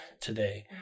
today